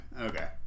Okay